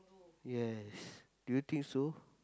yes do you think so